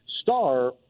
star